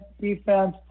defense